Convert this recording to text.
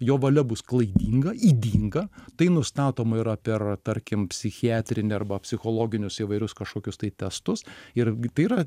jo valia bus klaidinga ydinga tai nustatoma yra per tarkim psichiatrinę arba psichologinius įvairius kažkokius tai testus ir tai yra